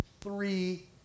three